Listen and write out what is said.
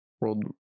World